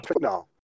No